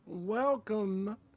welcome